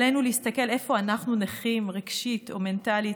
עלינו להסתכל איפה אנחנו נכים רגשית או מנטלית,